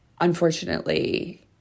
unfortunately